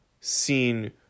seen